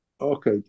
Okay